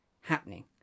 happening